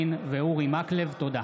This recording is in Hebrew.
תודה.